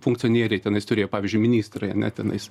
funkcionieriai tenais turėjo pavyzdžiui ministrai ane tenais